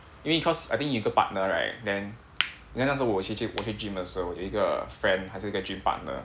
因为 cause I think 有一个 partner right then then 那时候我去 g~ 我去 gym 的时候我有一个 friend 他是一个 gym partner